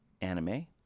anime